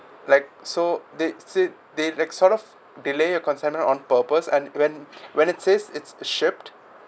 like so they said they they sort of delay your consignment on purpose and when when it says it's shipped